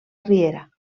riera